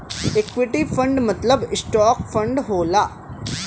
equity fund मतलब stock fund होला